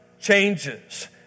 changes